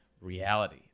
reality